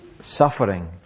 suffering